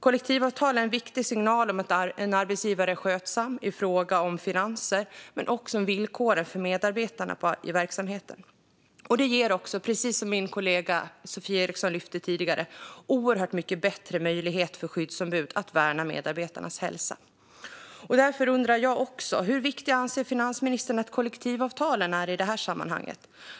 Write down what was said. Kollektivavtal är en viktig signal om att en arbetsgivare är skötsam i fråga om finanser men också om villkoren för medarbetarna i verksamheten. Kollektivavtal ger också, precis som min kollega Sofie Eriksson lyfte tidigare, oerhört mycket bättre möjlighet för skyddsombud att värna medarbetarnas hälsa. Därför undrar jag: Hur viktiga anser finansministern att kollektivavtalen är i det här sammanhanget?